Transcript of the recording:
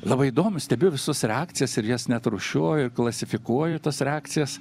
labai įdomu stebiu visus reakcijas ir jas net rūšiuoju klasifikuoju tas reakcijas